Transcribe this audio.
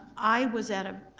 i was at ah